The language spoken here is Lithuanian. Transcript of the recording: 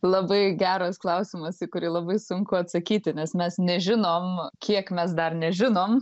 labai geras klausimas į kurį labai sunku atsakyti nes mes nežinom kiek mes dar nežinom